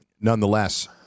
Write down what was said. nonetheless